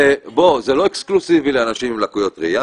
זה לא אקסקלוסיבי לאנשים עם לקויות ראייה,